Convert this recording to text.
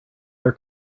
air